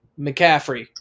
McCaffrey